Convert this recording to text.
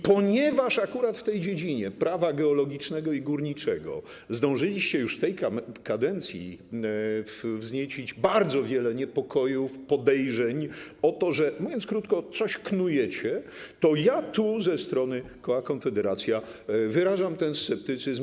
Ponieważ akurat w tej dziedzinie Prawa geologicznego i górniczego zdążyliście już w tej kadencji wzniecić bardzo wiele niepokojów, podejrzeń o to, że, mówiąc krótko, coś knujecie, ja tu ze strony koła Konfederacja wyrażam ten sceptycyzm.